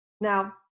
Now